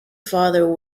father